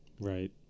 Right